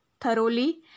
thoroughly